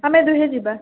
ଆମେ ଦୁହେଁ ଯିବା